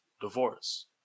divorce